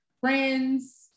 friends